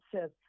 says